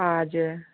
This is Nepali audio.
हजुर